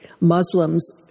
Muslims